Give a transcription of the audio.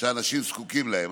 שהאנשים זקוקים להם.